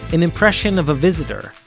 an impression of a visitor,